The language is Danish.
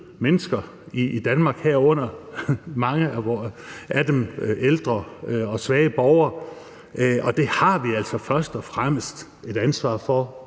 mennesker i Danmark, hvoraf mange er ældre og svage borgere. Vi har altså først og fremmest et ansvar for